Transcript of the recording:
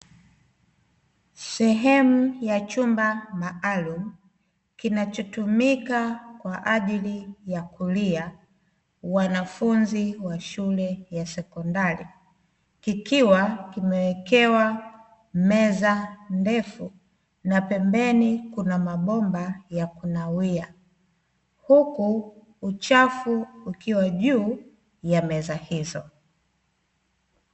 Sehemu ya chumba maalumu kinachotumika kwaajili ya kulia wanafunzi wa shule ya sekondari kikiwa kimewekewa meza ndefu na pembeni kuna mabomba ya kunawia, huku uchafu ukiwa juu ya meza hizo.